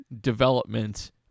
development